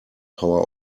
power